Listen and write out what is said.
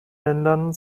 ländern